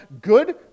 good